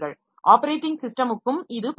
operating சிஸ்டமுக்கும் இது பொருந்தும்